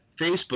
Facebook